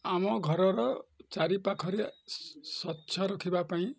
ଆମ ଘରର ଚାରି ପାଖରେ ସ୍ଵଚ୍ଛ ରଖିବା ପାଇଁ